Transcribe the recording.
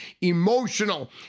emotional